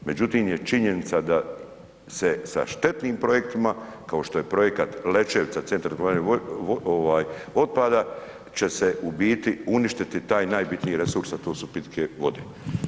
Međutim je činjenica da se sa štetnim projektima kao što je projekat Lećevica Centar za gospodarenje otpada će se u biti uništiti taj najbitniji resurs, a to su pitke vode.